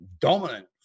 dominant